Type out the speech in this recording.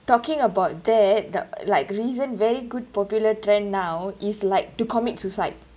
talking about that the like reason very good popular trend now is like to commit suicide